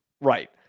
Right